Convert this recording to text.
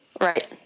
Right